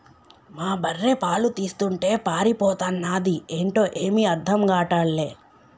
మా బర్రె పాలు తీస్తుంటే పారిపోతన్నాది ఏంటో ఏమీ అర్థం గాటల్లే